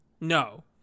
No